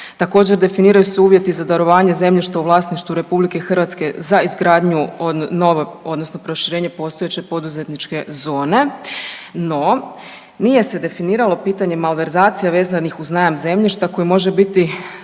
Također, definiraju se uvjeti za darovanje zemljišta u vlasništvu RH za izgradnju, odnosno proširenje postojeće poduzetničke zone, no nije se definiralo pitanje malverzacija vezanih uz najam zemljišta koje može biti